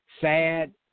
sad